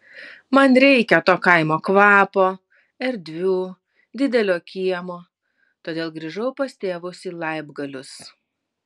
man reikia to kaimo kvapo erdvių didelio kiemo todėl grįžau pas tėvus į laibgalius